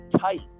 tight